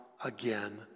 Again